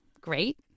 Great